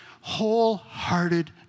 wholehearted